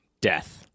Death